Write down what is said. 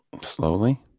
Slowly